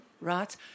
right